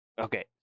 Okay